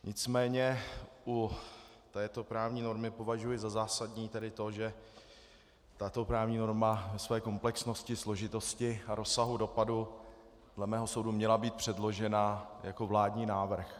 Nicméně u této právní normy považuji za zásadní tedy to, že tato právní norma ve své komplexnosti, složitosti a rozsahu dopadu dle mého soudu měla být předložena jako vládní návrh.